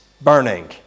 burning